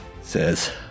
Says